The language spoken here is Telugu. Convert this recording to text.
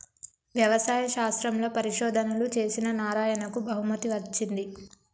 వ్యవసాయ శాస్త్రంలో పరిశోధనలు చేసిన నారాయణకు బహుమతి వచ్చింది